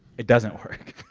it doesn't work